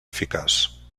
eficaç